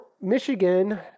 Michigan